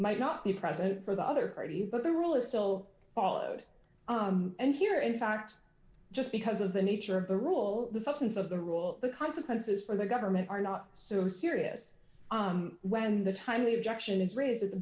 might not be present for the other party but the rule is still followed and here in fact just because of the nature the rule the substance of the rule the consequences for the government are not so serious when the timely objection is raised at the